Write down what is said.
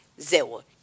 zero